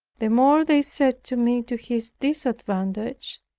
the more they said to me to his disadvantage,